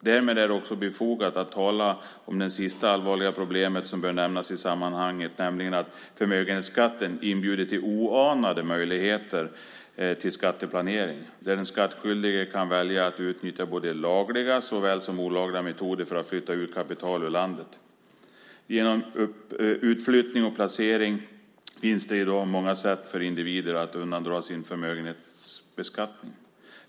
Därmed är det också befogat att tala om det sista allvarliga problem som bör nämnas i sammanhanget, nämligen att förmögenhetsskatten inbjuder till oanade möjligheter till skatteplanering. Den skattskyldige kan välja att utnyttja såväl lagliga som olagliga metoder för att flytta ut kapital ur landet. Det finns i dag många sätt för individer att genom utflyttning och placering undandra sig förmögenhetsskatten.